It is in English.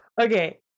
Okay